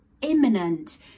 imminent